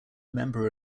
member